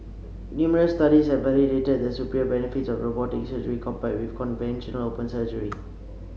numerous studies have validated the superior benefits of robotic surgery compared with conventional open surgery